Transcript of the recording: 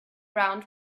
round